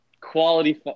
Quality